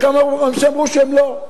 וכמה רופאים אמרו שהם לא.